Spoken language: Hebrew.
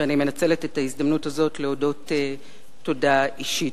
ואני מנצלת את ההזדמנות הזאת להודות להם באופן אישי.